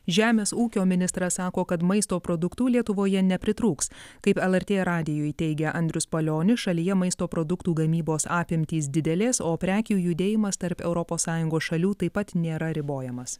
žemės ūkio ministras sako kad maisto produktų lietuvoje nepritrūks taip lrt radijui teigia andrius palionis šalyje maisto produktų gamybos apimtys didelės o prekių judėjimas tarp europos sąjungos šalių taip pat nėra ribojamas